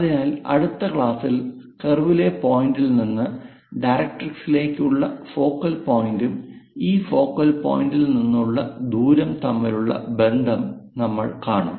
അതിനാൽ അടുത്ത ക്ലാസിൽ ആ കർവിലെ പോയിന്റിൽ നിന്നും ഡയറക്ട്രിക്സിലേക്കുള്ള ഫോക്കൽ പോയിന്റും ഈ ഫോക്കൽ പോയിന്റിൽ നിന്നുള്ള ദൂരം തമ്മിലുള്ള ബന്ധം നമ്മൾ കാണും